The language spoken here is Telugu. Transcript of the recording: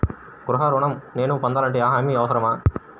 గృహ ఋణం నేను పొందాలంటే హామీ అవసరమా?